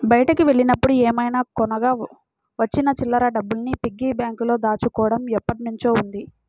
బయటికి వెళ్ళినప్పుడు ఏమైనా కొనగా వచ్చిన చిల్లర డబ్బుల్ని పిగ్గీ బ్యాంకులో దాచుకోడం ఎప్పట్నుంచో ఉంది